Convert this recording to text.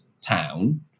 town